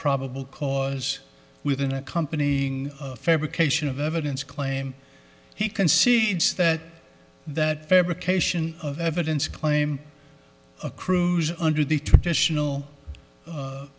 probable cause within a company fabrication of evidence claim he concedes that that fabrication of evidence claim accrues under the traditional